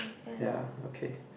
ya okay